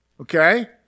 Okay